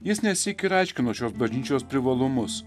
jis nesyk ir aiškino šios bažnyčios privalumus